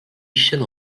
ixen